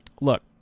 look